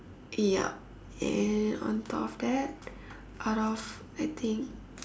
yup and on top of that out of I think